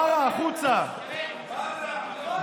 ברא, החוצה, ברא.